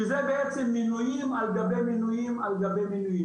שזה בעצם מינויים על גבי מינויים על גבי מינויים.